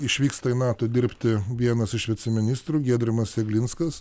išvyksta į nato dirbti vienas iš viceministrų giedrimas jeglinskas